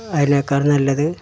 അതിനേക്കാൾ നല്ലത്